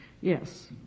Yes